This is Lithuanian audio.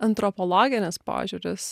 antropologinis požiūris